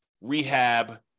rehab